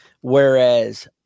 whereas